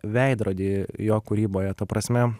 veidrodį jo kūryboje ta prasme